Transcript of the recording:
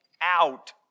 out